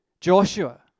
Joshua